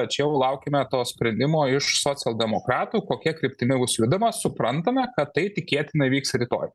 tačiau laukime to sprendimo iš socialdemokratų kokia kryptimi bus judama suprantame kad tai tikėtina vyks rytoj